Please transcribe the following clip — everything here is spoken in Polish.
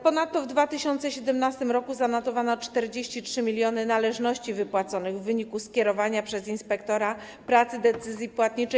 Ponadto w 2017 r. zanotowano kwotę 43 mln należności wypłaconych w wyniku skierowania przez inspektora pracy decyzji płatniczej.